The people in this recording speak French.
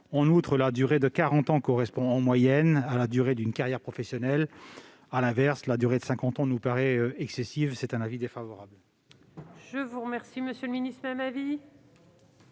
En outre, la durée de 40 ans correspond en moyenne à la durée d'une carrière professionnelle. À l'inverse, la durée de 50 ans nous paraît excessive. La commission émet